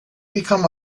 become